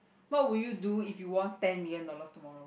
what would you do if you won ten million dollars tomorrow